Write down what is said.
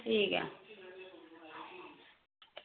ठीक ऐ